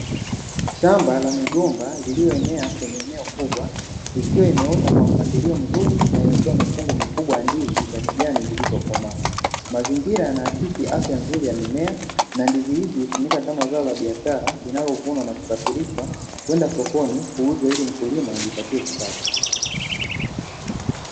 Shamba la migomba lililoenea kwenye eneo kubwa, ikiwa imeota kwa mpangilio mzuri na imebeba mikungu mikubwa ya ndizi za kijani zilizokomaa. Mazingira yanaakisi afya nzuri ya mimea na ndizi hizi hutumika kama zao la biashara linalovunwa na kusafirishwa kwenda sokoni kuuzwa ili mkulima ajipatie kipato.